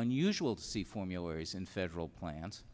unusual to see formularies in federal plans